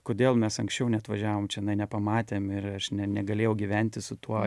kodėl mes anksčiau neatvažiavom čianai nepamatėm ir aš ne negalėjau gyventi su tuo